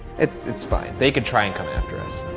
it's, it's fine, they can try and come after us.